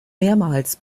mehrmals